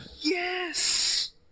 yes